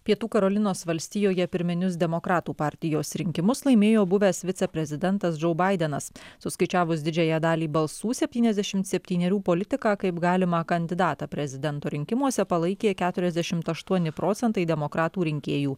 pietų karolinos valstijoje pirminius demokratų partijos rinkimus laimėjo buvęs viceprezidentas džou baidenas suskaičiavus didžiąją dalį balsų septyniasdešim septynerių politiką kaip galimą kandidatą prezidento rinkimuose palaikė keturiasdešimt aštuoni procentai demokratų rinkėjų